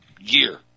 year